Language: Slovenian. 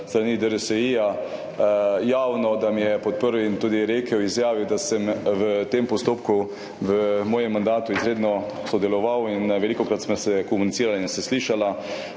strani DRSI, javno, da me je podprl, in je tudi rekel, izjavil, da sem v tem postopku v svojem mandatu izredno sodeloval in velikokrat sva komunicirala in se slišala.